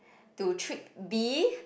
to trick B